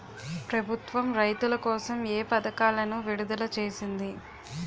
ప్రభుత్వం రైతుల కోసం ఏ పథకాలను విడుదల చేసింది?